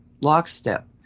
lockstep